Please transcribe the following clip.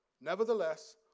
Nevertheless